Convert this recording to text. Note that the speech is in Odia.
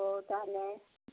ହଉ ତାହେଲେ